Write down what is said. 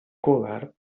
colar